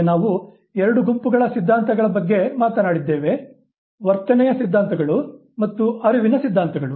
ಈಗ ನಾವು ಎರಡು ಗುಂಪುಗಳ ಸಿದ್ಧಾಂತಗಳ ಬಗ್ಗೆ ಮಾತನಾಡಿದ್ದೇವೆ ವರ್ತನೆಯ ಸಿದ್ಧಾಂತಗಳು ಮತ್ತು ಅರಿವಿನ ಸಿದ್ಧಾಂತಗಳು